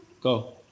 Go